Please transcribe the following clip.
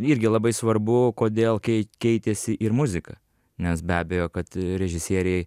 irgi labai svarbu kodėl kei keitėsi ir muzika nes be abejo kad režisieriai